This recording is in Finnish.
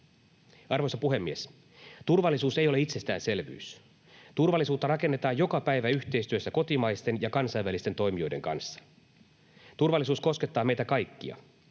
Arvoisa puhemies! Turvallisuus ei ole itsestäänselvyys. Turvallisuutta rakennetaan joka päivä yhteistyössä kotimaisten ja kansainvälisten toimijoiden kanssa. Turvallisuus koskettaa meitä kaikkia.